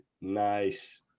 Nice